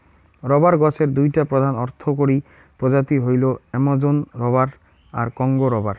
rubber গছের দুইটা প্রধান অর্থকরী প্রজাতি হইল অ্যামাজোন রবার আর কংগো রবার